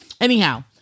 Anyhow